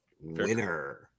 winner